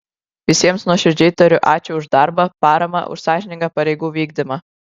visiems nuoširdžiai tariu ačiū už darbą paramą už sąžiningą pareigų vykdymą